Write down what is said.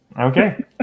Okay